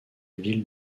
ville